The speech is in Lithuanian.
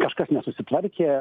kažkas nesusitvarkė